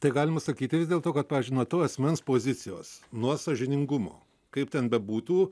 tai galima sakyti vis dėl to kad pavyzdžiui nuo to asmens pozicijos nuo sąžiningumo kaip ten bebūtų